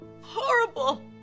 horrible